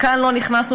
כאן לא נכנסנו,